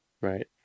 right